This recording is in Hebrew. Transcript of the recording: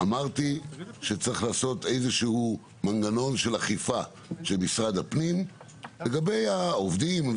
אמרתי שצריך לעשות איזשהו מנגנון של אכיפה של משרד הפנים לגבי העובדים.